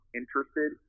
interested